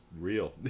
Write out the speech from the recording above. real